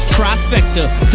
Trifecta